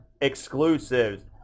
exclusives